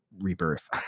rebirth